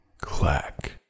clack